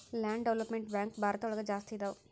land development bank ಭಾರತ ಒಳಗ ಜಾಸ್ತಿ ಇದಾವ